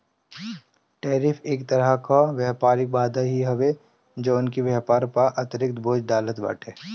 tariff एक तरही कअ व्यापारिक बाधा ही हवे जवन की व्यापार पअ अतिरिक्त बोझ डालत बाटे